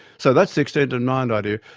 so that's the extended and mind idea.